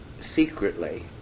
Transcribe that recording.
secretly